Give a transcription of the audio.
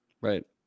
right